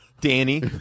danny